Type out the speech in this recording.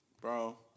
Bro